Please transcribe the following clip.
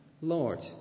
Lord